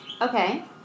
Okay